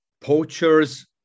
poachers